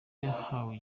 yahawe